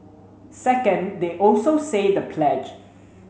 second they also say the pledge